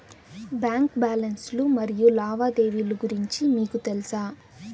Bank balance లు మరియు లావాదేవీలు గురించి మీకు తెల్సా?